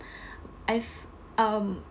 I f~ um